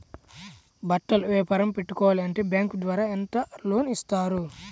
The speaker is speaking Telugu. బట్టలు వ్యాపారం పెట్టుకోవాలి అంటే బ్యాంకు ద్వారా ఎంత లోన్ ఇస్తారు?